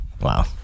Wow